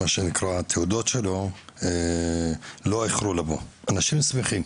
והתעודות שלו לא איחרו לבוא - אנשים שמחים.